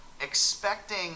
expecting